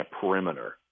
perimeter